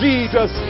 Jesus